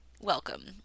Welcome